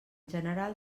general